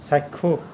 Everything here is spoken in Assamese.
চাক্ষুষ